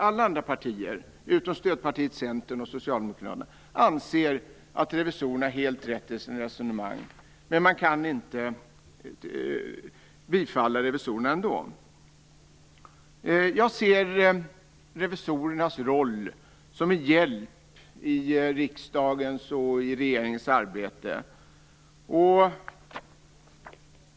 Alla partier - anser att revisorerna har helt rätt i sitt resonemang, men man kan ändå inte bifalla revisorernas förslag. Jag ser revisorernas roll som en hjälp i riksdagens och regeringens arbete.